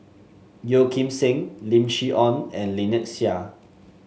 Yeo Kim Seng Lim Chee Onn and Lynnette Seah